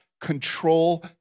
control